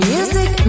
Music